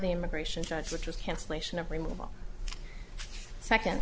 the immigration judge which was cancellation of removal second